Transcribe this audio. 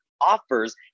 offers